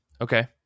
okay